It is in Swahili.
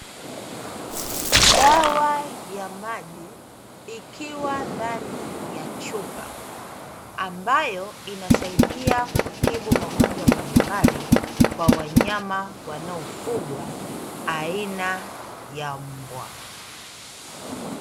Dawa ya maji ikiwa ndani ya chupa, ambayo inasaidia kutibu magonjwa mbalimbali kwa wanyama wanaofugwa aina ya mbwa.